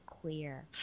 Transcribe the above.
clear